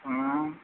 हाँ